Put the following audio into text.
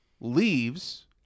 leaves